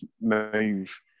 move